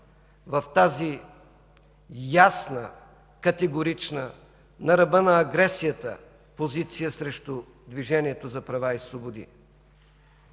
в тази ясна, категорична, на ръба на агресията позиция срещу Движението за права и свободи